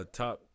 top